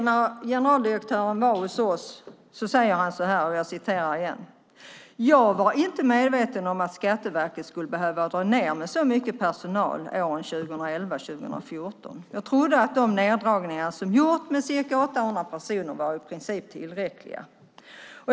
När generaldirektören var hos oss sade han vidare: Jag var inte medveten om att Skatteverket skulle behöva dra ned med så mycket personal åren 2011-2014. Jag trodde att de neddragningar som gjorts med ca 800 personer var i princip tillräckliga.